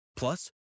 Plus